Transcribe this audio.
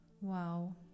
wow